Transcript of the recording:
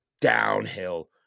downhill